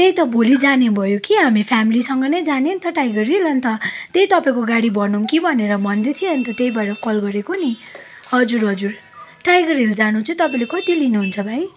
त्यही त भोलि जाने भयो कि हामी फेमिलीसँग जाने नि त टाइगर हिल अन्त त्यही तपाईँको गाडी भनौँ कि भनेर भन्दै थिएँ अन्त त्यही भएर कल गरेकेो नि हजुर हजुर टाइगर हिल जानु चाहिँ तपाईँले कति लिनुहुन्छ भाइ